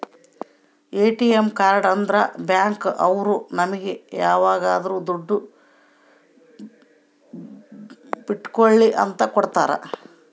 ATM card ಅಂದ್ರ bank ಅವ್ರು ನಮ್ಗೆ ಯಾವಾಗದ್ರು ದುಡ್ಡು ಬಿಡ್ಸ್ಕೊಳಿ ಅಂತ ಕೊಡ್ತಾರ